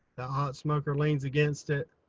hot smoker leans against it,